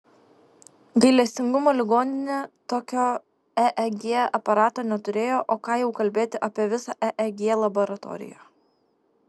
gailestingumo ligoninė tokio eeg aparato neturėjo o ką jau kalbėti apie visą eeg laboratoriją